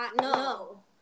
no